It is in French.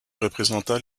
représenta